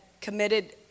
committed